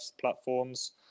platforms